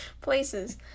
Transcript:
places